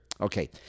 Okay